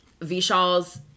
Vishal's